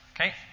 Okay